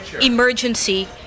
emergency